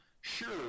sure